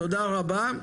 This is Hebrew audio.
תודה רבה.